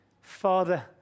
Father